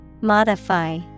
Modify